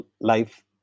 life